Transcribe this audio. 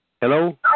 Hello